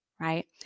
Right